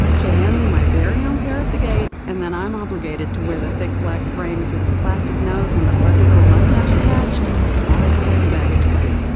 she'll hand me my very own pair at the gate and then i'm obligated to wear the thick black frames with the plastic nose and the fuzzy little moustache attached all the way to baggage claim.